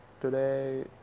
today